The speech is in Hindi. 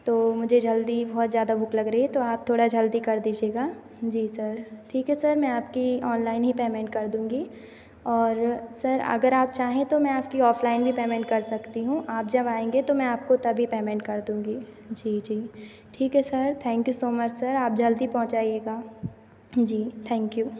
तो मुझे जल्दी बहुत ज्यादा भूख लग रही है तो आप थोड़ा जल्दी कर दीजिएगा जी सर ठीक है सर मैं आपकी ऑनलाइन ही पेमेंट कर दूँगी और सर अगर आप चाहे तो मैं आपकी ऑफलाइन भी पेमेंट कर सकती हूँ आप जब आएँगे तो मैं आपको तभी पेमेंट कर दूँगी जी जी ठीक है sir thank you so much sir आप जल्दी पहुँचाएगा जी थैंक यू